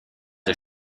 der